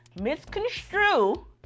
misconstrue